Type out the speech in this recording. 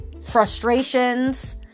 frustrations